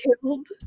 killed